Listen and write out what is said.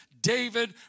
David